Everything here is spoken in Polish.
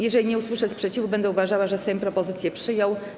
Jeżeli nie usłyszę sprzeciwu, będę uważała, że Sejm propozycję przyjął.